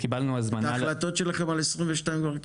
את ההחלטות שלכם על 2022 כבר קיבלתם.